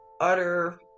utter